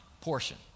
portion